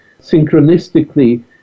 synchronistically